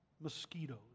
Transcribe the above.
mosquitoes